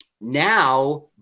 now